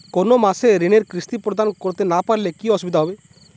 কোনো মাসে ঋণের কিস্তি প্রদান করতে না পারলে কি অসুবিধা হবে?